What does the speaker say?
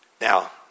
Now